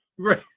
Right